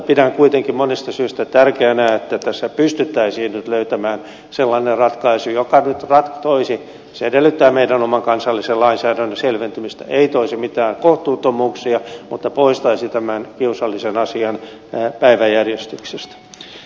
pidän kuitenkin monista syistä tärkeänä että tässä pystyttäisiin nyt löytämään sellainen ratkaisu joka se edellyttää meidän oman kansallisen lainsäädännön selventymistä ei toisi mitään kohtuuttomuuksia mutta poistaisi tämän kiusallisen asian päiväjärjestyksestä